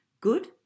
good